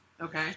Okay